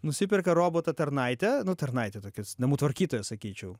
nusiperka robotą tarnaitę nu tarnaitę tokis namų tvarkytoją sakyčiau